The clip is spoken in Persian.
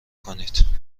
کنید